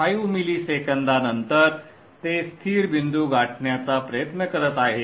5 मिली सेकंदानंतर ते स्थिर बिंदू गाठण्याचा प्रयत्न करत आहे